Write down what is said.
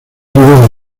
rivera